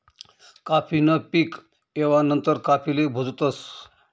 काफी न पीक येवा नंतर काफीले भुजतस